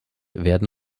werden